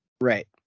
Right